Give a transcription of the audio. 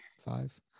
five